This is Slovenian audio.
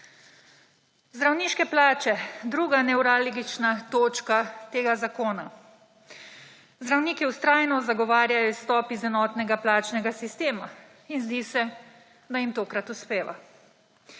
Zdravniške plače, druga nevralgična točka tega zakona. Zdravniki vztrajno zagovarjajo izstop iz enotnega plačnega sistema in zdi se, da jim tokrat uspeva.